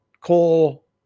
coal